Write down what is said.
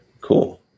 Cool